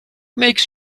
makes